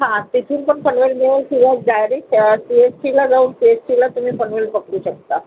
हां तिथून पण पनवेल मिळेल किंवा डायरेक सी एस टीला जाऊन सी एस टीला तुम्ही पनवेल पकडू शकता